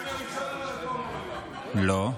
לא.